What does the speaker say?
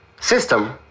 system